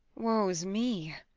woe's me!